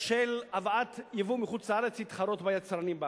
של הבאת יבוא מחוץ-לארץ להתחרות ביצרנים בארץ.